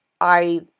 I-